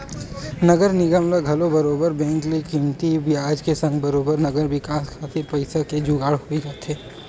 नगर निगम ल घलो बरोबर बेंक ले कमती बियाज के संग बरोबर नगर के बिकास खातिर पइसा के जुगाड़ होई जाथे